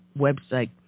website